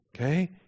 Okay